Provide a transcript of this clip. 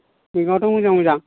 मैगंआथ' मोजां मोजां